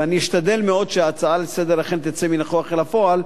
ואני אשתדל מאוד שההצעה לסדר-היום אכן תצא מן הכוח אל הפועל,